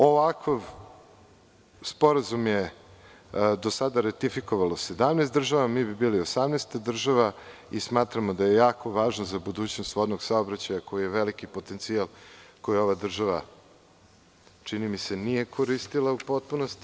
Ovakav sporazum je do sada ratifikovalo 17 država, mi bi bili 18 država i smatramo da je jako važno za budućnost vodnog saobraćaja koji je veliki potencijal akoji ova država, čini mi se, do sada nije koristila u potpunosti.